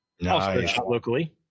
Locally